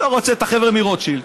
אתה רוצה את החבר'ה מרוטשילד,